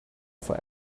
for